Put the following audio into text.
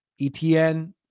ETN